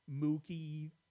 Mookie